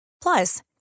Plus